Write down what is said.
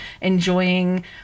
enjoying